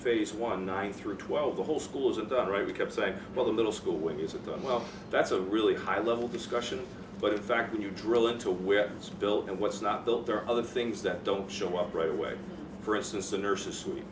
face one nine through twelve the whole school isn't done right we kept saying well the little school way is it done well that's a really high level discussion but in fact when you drill into weapons built and what's not built there are other things that don't show up right away for instance the nurses